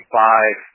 five